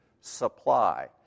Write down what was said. supply